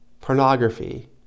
pornography